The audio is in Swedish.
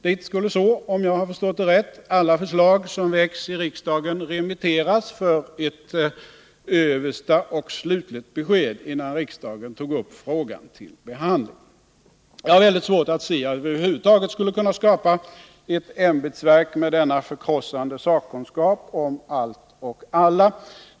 Dit skulle, om jag förstått rätt, alla förslag som väcks i riksdagen remitteras för ett översta och slutligt besked innan riksdagen tog upp frågan till behandling. Jag har väldigt svårt att se att vi över huvud taget skulle kunna skapa ett ämbetsverk med denna förkrossande sakkunskap om allt och alla.